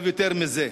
יותר מזה.